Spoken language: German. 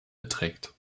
beträgt